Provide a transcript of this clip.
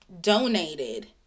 donated